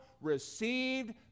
received